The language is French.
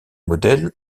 modèles